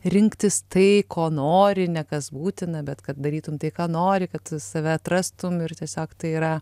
rinktis tai ko nori ne kas būtina bet kad darytum tai ką nori kad save atrastum ir tiesiog tai yra